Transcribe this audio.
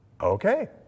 okay